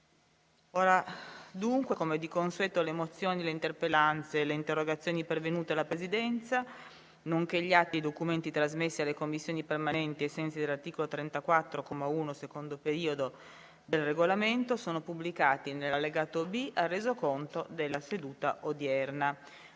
una nuova finestra"). Le mozioni, le interpellanze e le interrogazioni pervenute alla Presidenza, nonché gli atti e i documenti trasmessi alle Commissioni permanenti ai sensi dell'articolo 34, comma 1, secondo periodo, del Regolamento sono pubblicati nell'allegato B al Resoconto della seduta odierna.